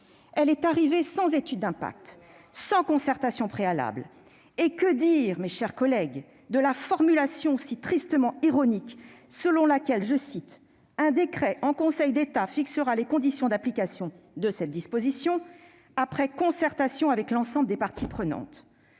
mesure est arrivée sans étude d'impact, sans concertation préalable. Rien ! Et que dire, mes chers collègues, de la formulation si tristement ironique aux termes de laquelle « un décret en Conseil d'État fixe les conditions d'application des dispositions [...], après concertation avec l'ensemble des parties prenantes »